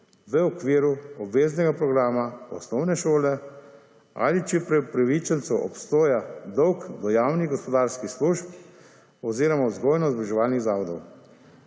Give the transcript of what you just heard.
v okviru obveznega programa osnovne šole, ali če pri upravičencu obstaja dolg do javnih gospodarskih služb oziroma vzgojno-izobraževalnih zavodov.